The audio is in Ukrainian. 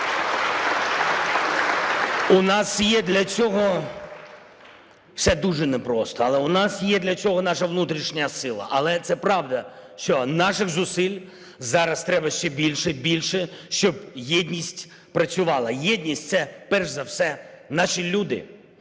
У нас є для цього… Все дуже непросто, але у нас є для цього наша внутрішня сила. Але це правда, що наших зусиль зараз треба більше й більше, щоб єдність працювала. Єдність – це перш за все наші люди.